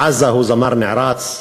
בעזה הוא זמר נערץ,